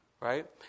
Right